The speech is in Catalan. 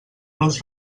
los